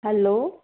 hello